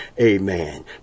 Amen